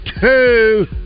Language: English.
Two